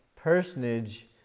personage